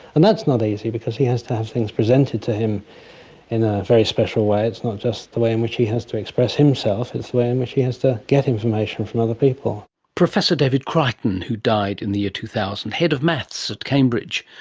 and that's not easy because he has to have things presented to him in a very special way, it's not just the way in which he has to express himself, it's the way in which he has to get information from other people. professor david crighton, who died in the year two thousand, head of maths at cambridge.